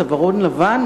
צווארון לבן,